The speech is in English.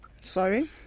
Sorry